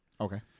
Okay